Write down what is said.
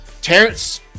terrence